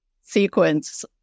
sequence